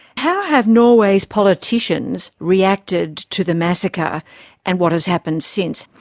how have norway's politicians reacted to the massacre and what has happened since?